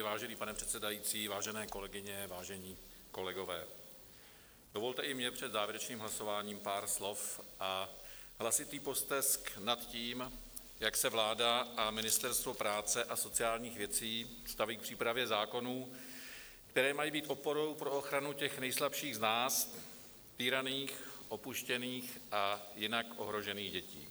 Vážený pane předsedající, vážené kolegyně, vážení kolegové, dovolte i mně i před závěrečným hlasováním pár slov a hlasitý postesk nad tím, jak se vláda a Ministerstvo práce a sociálních věcí staví k přípravě zákonů, které mají být oporou pro ochranu těch nejslabších z nás, týraných, opuštěných a jinak ohrožených dětí.